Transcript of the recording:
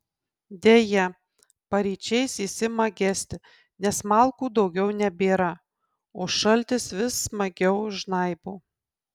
deja paryčiais jis ima gesti nes malkų daugiau nebėra o šaltis vis smagiau žnaibo